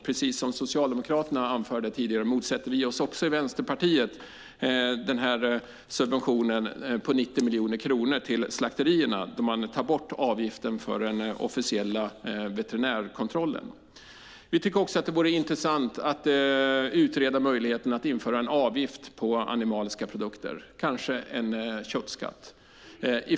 Precis som Socialdemokraterna anförde tidigare motsätter också vi i Vänsterpartiet oss subventionen på 90 miljoner kronor till slakterierna, då man tar bort avgiften för den officiella veterinärkontrollen. Vi tycker också att det vore intressant att utreda möjligheten att införa en avgift på animaliska produkter, kanske en köttskatt.